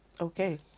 Okay